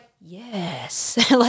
yes